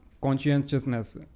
conscientiousness